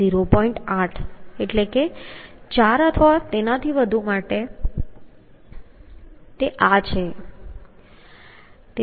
8 એટલે 4 અથવા તેનાથી વધુ અથવા 4 કરતા વધારે મતલબ 4 અથવા વધુ છે